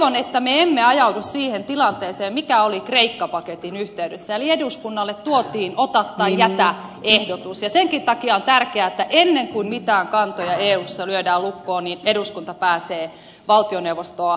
toivon että me emme ajaudu siihen tilanteeseen mikä oli kreikka paketin yhteydessä eli eduskunnalle tuotiin ota tai jätä ehdotus ja senkin takia on tärkeää että ennen kuin mitään kantoja eussa lyödään lukkoon eduskunta pääsee valtioneuvostoa evästämään